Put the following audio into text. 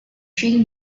shane